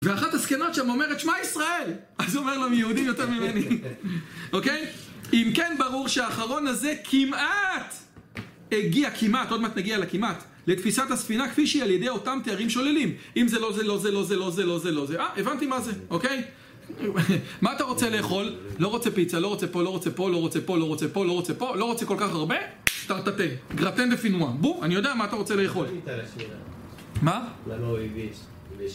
ואחת הזקנות שם אומרת שמע ישראל אז אומר להם יהודים יותר ממני אוקיי? אם כן ברור שהאחרון הזה כמעט הגיע כמעט עוד מעט נגיע לכמעט לתפיסת הספינה כפי שהיא על ידי אותם תיארים שוללים אם זה לא זה לא זה לא זה לא זה לא זה לא זה אה הבנתי מה זה אוקיי? מה אתה רוצה לאכול? לא רוצה פיצה לא רוצה פה לא רוצה פה לא רוצה פה לא רוצה פה לא רוצה פה לא רוצה כל כך הרבה? טרטרטן גרטן בפינוע בואו אני יודע מה אתה רוצה לאכול מה?